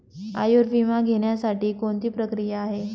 आयुर्विमा घेण्यासाठी कोणती प्रक्रिया आहे?